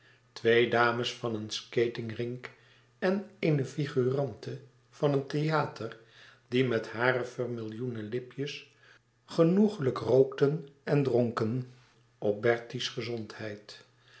twee dames van een skating rink en eene figurante van een theâter die met hare vermillioenen lipjes genoeglijk rookten en dronken op bertie's gezondheid